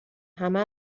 همه